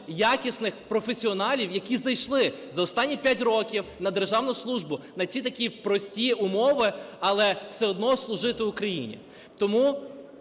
якісних професіоналів, які зайшли за останні 5 років на державну службу на ці такі прості умови, але все одно служити Україні. Тому…